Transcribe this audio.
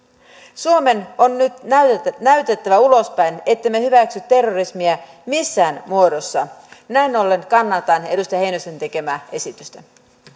suomen on nyt näytettävä näytettävä ulospäin ettemme hyväksy terrorismia missään muodossa näin ollen kannatan edustaja heinosen tekemää esitystä